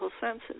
senses